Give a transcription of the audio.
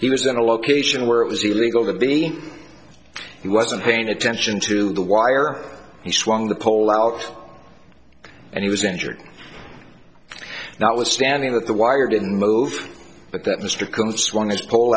he was in a location where it was illegal to be he wasn't paying attention to the wire he swung the pole out and he was injured notwithstanding that the wire didn't move but that mr combs one is pull